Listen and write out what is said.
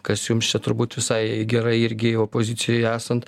kas jums čia turbūt visai gerai irgi opozicijoj esant